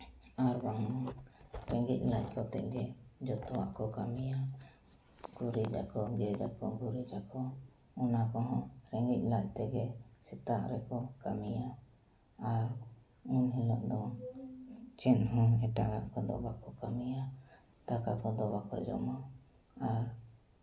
ᱟᱨ ᱵᱟᱝ ᱨᱮᱸᱜᱮᱡ ᱞᱟᱡ ᱠᱚᱛᱮ ᱜᱮ ᱡᱚᱛᱚᱣᱟᱜ ᱠᱚ ᱠᱟᱹᱢᱤᱭᱟ ᱜᱩᱨᱤᱡᱟᱠᱚ ᱜᱮᱡᱟᱠᱚ ᱜᱩᱨᱤᱡᱟᱠᱚ ᱚᱱᱟ ᱠᱚᱦᱚᱸ ᱨᱮᱸᱜᱮᱡ ᱞᱟᱡ ᱛᱮᱜᱮ ᱥᱮᱛᱟᱜ ᱨᱮᱠᱚ ᱠᱟᱹᱢᱤᱭᱟ ᱟᱨ ᱩᱱ ᱦᱤᱞᱳᱜ ᱫᱚ ᱪᱮᱫ ᱦᱚᱸ ᱮᱴᱟᱜᱟᱜ ᱠᱚᱫᱚ ᱵᱟᱠᱚ ᱠᱟᱹᱢᱤᱭᱟ ᱫᱟᱠᱟ ᱠᱚᱫᱚ ᱵᱟᱠᱚ ᱡᱚᱢᱟ ᱟᱨ